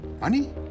Money